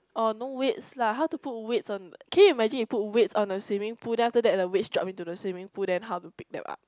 orh no weights lah how to put weights on can you imagine you put weights on a swimming pool then after that the weights drop into the swimming pool then how to pick them up